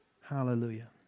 Hallelujah